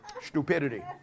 Stupidity